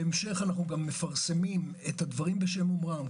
בהמשך אנו גם מפרסמים את הדברים בשם אומרם,